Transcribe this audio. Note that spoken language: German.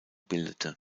bildete